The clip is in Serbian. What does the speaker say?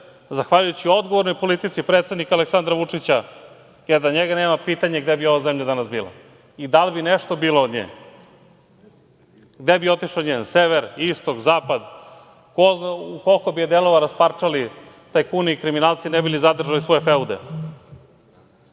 zahvaljujući odgovornoj politici predsednika Aleksandra Vučića, jer da njega nema, pitanje je gde bi ova zemlja danas bila i da li bi nešto bilo od nje, gde bi otišao njen sever, istok, zapad. Ko zna u koliko bi je delova rasparčali tajkuni i kriminalci ne bi zadržali svoje feude? Mogu